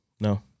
No